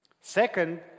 Second